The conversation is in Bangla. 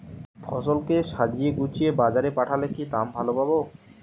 ফসল কে সাজিয়ে গুছিয়ে বাজারে পাঠালে কি দাম ভালো পাব?